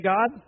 God